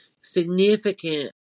significant